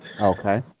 okay